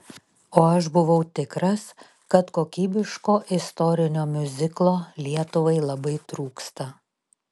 o aš buvau tikras kad kokybiško istorinio miuziklo lietuvai labai trūksta